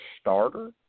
starter